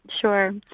Sure